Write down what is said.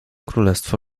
królestwo